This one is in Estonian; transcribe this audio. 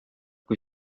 kui